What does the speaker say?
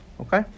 Okay